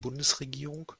bundesregierung